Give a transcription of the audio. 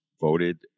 voted